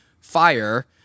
fire